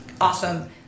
awesome